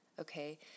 okay